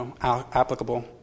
applicable